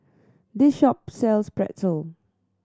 this shop sells Pretzel